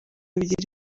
bigira